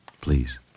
Please